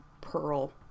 pearl